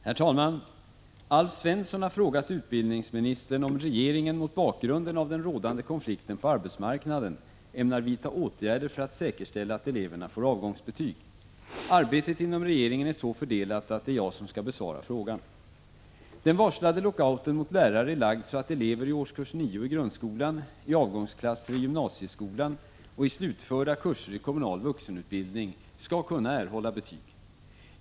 Herr talman! Alf Svensson har frågat utbildningsministern om regeringen mot bakgrunden av den rådande konflikten på arbetsmarknaden ämnar vidta åtgärder för att säkerställa att eleverna får avgångsbetyg. Arbetet inom regeringen är så fördelat att det är jag som skall besvara frågan. Den varslade lockouten mot lärare är lagd så att elever i årskurs 9 i grundskolan, i avgångsklasser i gymnasieskolan samt i slutförda kurser i kommunal vuxenutbildning skall kunna erhålla betyg.